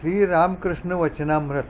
श्रीलरामकृष्णवचनामत